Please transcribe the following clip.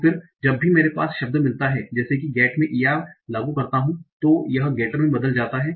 तो फिर जब भी मेरे पास शब्द मिलता है जैसे की get मे e r लागू करता हूं तो यह getter में बदल जाता है